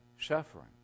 suffering